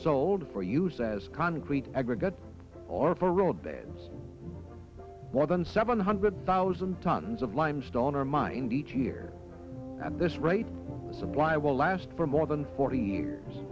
sold for you says concrete aggregate or paroled beds more than seven hundred thousand tons of limestone are mind each year at this rate supply will last for more than forty years